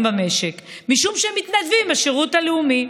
במשק משום שהם מתנדבים בשירות הלאומי.